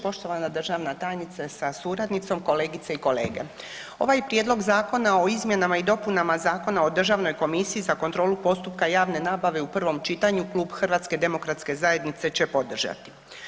Poštovana državna tajnice sa suradnicom, kolegice i kolege, ovaj Prijedlog Zakona o izmjenama i dopunama Zakona o državnoj komisiji za kontrolu postupka javne nabave u prvom čitanju Klub HDZ-a će podržati.